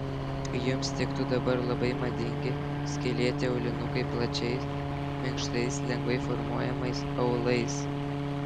jums tiktų dabar labai madingi skylėti aulinukai plačiais minkštais lengvai formuojamais aulais